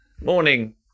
Morning